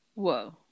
Whoa